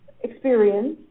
experience